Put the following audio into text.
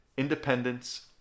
Independence